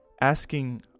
asking